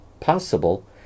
Possible